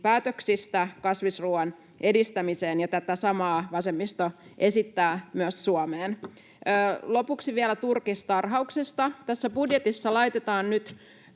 investointipäätöksistä kasvisruuan edistämiseen, ja tätä samaa vasemmisto esittää myös Suomeen. Lopuksi vielä turkistarhauksesta. Tässä budjetissa laitetaan nyt